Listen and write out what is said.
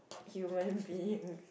human being